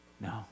No